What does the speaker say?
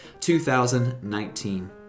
2019